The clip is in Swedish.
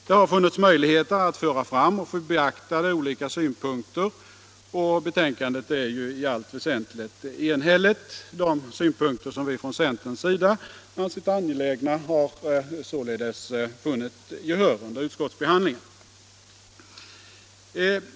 Det har funnits möjlighet att föra fram och få beaktade olika synpunkter, och betänkandet är i allt väsentligt enhälligt. De synpunkter som vi från centerns sida har ansett angelägna har sålunda vunnit gehör under utskottsbehandlingen.